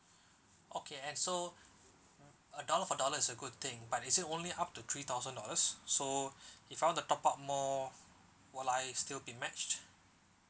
okay and so a dollar for dollar is a good thing but is it only up to three thousand dollars so if I want to top up more will I still be matched